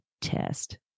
test